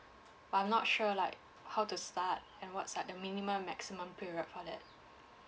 but I'm not sure like how to start and what's like the minimum and maximum period for that